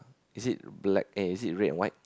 is it black aye is it red and white